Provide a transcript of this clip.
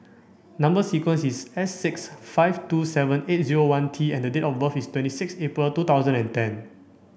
number sequence is S six five two seven eight zero one T and date of birth is twenty six April two thousand and ten